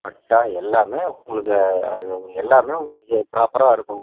பட்டா எல்லாமே உங்களுக்கு அது எல்லாமே உங்களுக்கு ப்ராப்பராக இருக்கும்